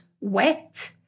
wet